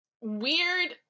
weird